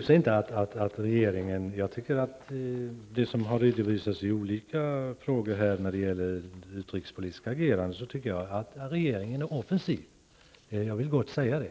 Fru talman! Att döma av det som har redovisats i svar på olika frågor när det gäller det utrikespolitiska agerandet tycker jag att regeringen är offensiv -- jag kan gott säga det.